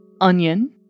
onion